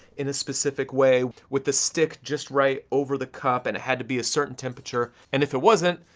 in a specific way, with the stick just right over the cup, and it had to be a certain temperature, and if it wasn't,